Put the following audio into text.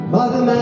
Mother